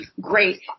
great